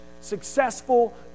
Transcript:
successful